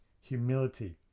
humility